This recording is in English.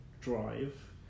drive